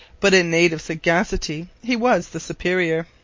but in native sagacity he was the superior.